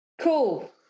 Cool